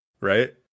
right